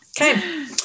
Okay